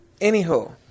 Anywho